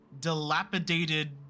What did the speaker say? dilapidated